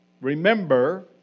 remember